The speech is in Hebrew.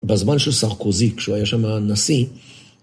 בזמן שסרקוזי, כשהוא היה שם הנשיא,